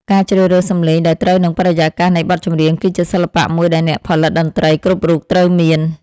ការជ្រើសរើសសំឡេងដែលត្រូវនឹងបរិយាកាសនៃបទចម្រៀងគឺជាសិល្បៈមួយដែលអ្នកផលិតតន្ត្រីគ្រប់រូបត្រូវមាន។